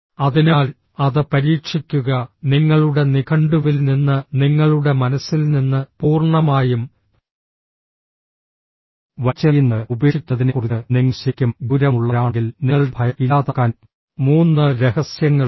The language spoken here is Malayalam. അതിനാൽ അത് പരീക്ഷിക്കുക നിങ്ങളുടെ നിഘണ്ടുവിൽ നിന്ന് നിങ്ങളുടെ മനസ്സിൽ നിന്ന് പൂർണ്ണമായും വലിച്ചെറിയുന്നത് ഉപേക്ഷിക്കുന്നതിനെക്കുറിച്ച് നിങ്ങൾ ശരിക്കും ഗൌരവമുള്ളവരാണെങ്കിൽ നിങ്ങളുടെ ഭയം ഇല്ലാതാക്കാൻ മൂന്ന് രഹസ്യങ്ങളുണ്ട്